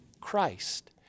Christ